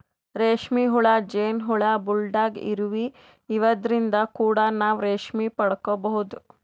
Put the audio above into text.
ರೇಶ್ಮಿ ಹುಳ, ಜೇನ್ ಹುಳ, ಬುಲ್ಡಾಗ್ ಇರುವಿ ಇವದ್ರಿನ್ದ್ ಕೂಡ ನಾವ್ ರೇಶ್ಮಿ ಪಡ್ಕೊಬಹುದ್